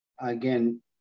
again